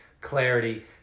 clarity